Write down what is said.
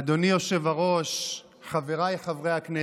אדוני היושב-ראש, חבריי חברי הכנסת,